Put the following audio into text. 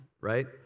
right